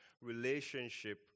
relationship